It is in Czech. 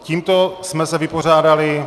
Tímto jsme se vypořádali...